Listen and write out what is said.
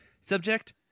Subject